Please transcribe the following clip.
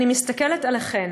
אני מסתכלת עליכן,